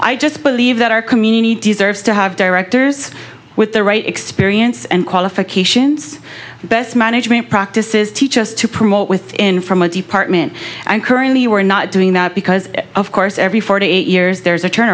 i just believe that our community deserves to have directors with the right experience and qualifications best management practices teach us to promote within from a department and currently we're not doing that because of course every forty eight years there's a turn